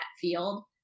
field